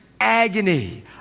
agony